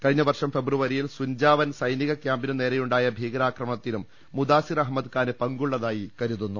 കഴിഞ്ഞ വർഷം ഫെബ്രുവരിയിൽ സുൻജാവൻ സൈനിക ക്യാമ്പിനുനേരെയുണ്ടായ ഭീകരാക്രമണത്തിലും മുദാസിർ അഹമ്മദ്ഖാന് പങ്കുള്ളതായി കരുതുന്നു